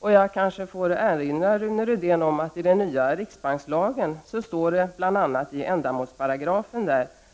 Jag får kanske erinra Rune Rydén om att det i ändamålsparagrafen i den nya riksbankslagen står